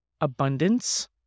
abundance